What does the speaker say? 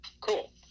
cool